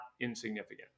insignificant